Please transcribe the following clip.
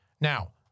Now